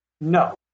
No